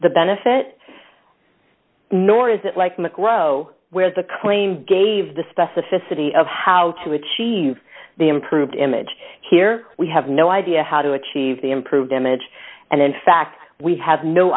the benefit nor is it like maco where the claim gave the specificity of how to achieve the improved image here we have no idea how to achieve the improved image and in fact we have no